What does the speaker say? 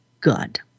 good